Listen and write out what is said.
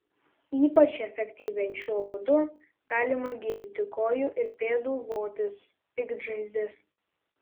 ypač efektyviai šiuo būdu galima gydyti kojų ir pėdų votis piktžaizdes